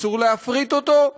אסור להפריט אותו,